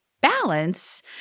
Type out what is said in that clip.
balance